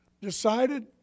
decided